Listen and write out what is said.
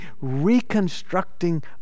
reconstructing